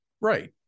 right